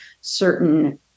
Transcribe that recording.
certain